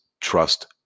Trust